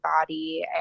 body